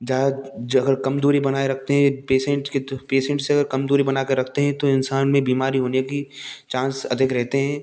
जय अगर कम दूरी बनाए रखते हैं पेशेंट कितने पेशेंट से कम दूरी बनाकर रखते हैं तो इंसान में बीमारी होने की चांस अधिक रहते हैं